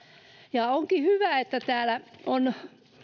onkin hyvä että täällä